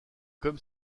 comme